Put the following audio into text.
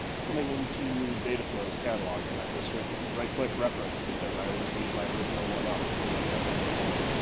coming into data flows catalog, and i just hit right-click reference because i always leave my original one up in my template file.